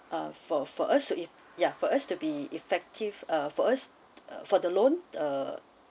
ah for for us to e~ ya for us to be effective uh for us uh for the loan uh